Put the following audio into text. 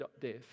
death